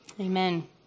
Amen